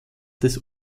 des